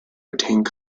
retained